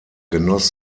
genoss